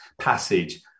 passage